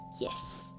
yes